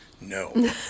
No